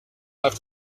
have